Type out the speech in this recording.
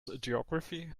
geography